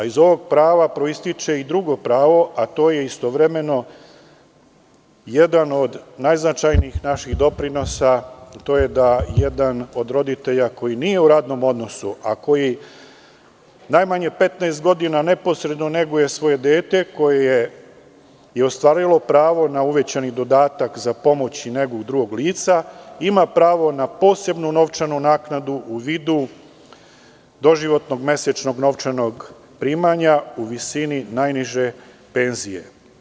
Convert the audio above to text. Iz ovog prava proističe i drugo pravo, a to je istovremeno jedan od naših najznačajnijih doprinosa, to je da jedan od roditelja koji nije u radnom odnosu a koji najmanje 15 godina neposredno neguje svoje dete koje je ostvarilo pravo na uvećani dodatak za pomoć i negu drugih lica, ima pravo na posebnu novčanu naknadu u vidu doživotnog mesečnog novčanog primanja u visini najniže penzije.